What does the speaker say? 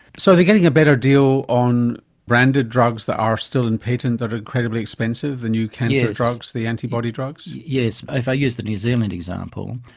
so they're getting a better deal on branded drugs that are still in patent that are incredibly expensive, the new cancer drugs, the antibody drugs. yes. if i use the new zealand example,